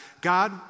God